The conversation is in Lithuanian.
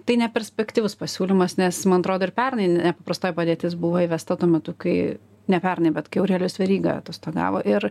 tai neperspektyvus pasiūlymas nes man atrodo ir pernai nepaprastoji padėtis buvo įvesta tuo metu kai ne pernai bet kai aurelijus veryga atostogavo ir